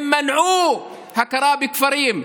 הם מנעו את הכרה בכפרים,